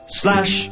slash